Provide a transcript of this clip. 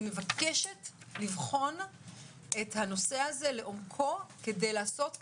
מבקשת לבחון את הנושא הזה לעומקו כדי לעשות כאן,